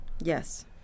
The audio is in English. Yes